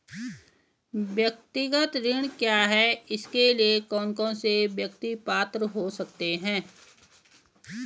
व्यक्तिगत ऋण क्या है इसके लिए कौन कौन व्यक्ति पात्र हो सकते हैं?